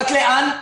רק לאן?